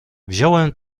wziąłem